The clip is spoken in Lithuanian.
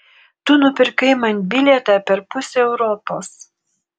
tu nupirkai man bilietą per pusę europos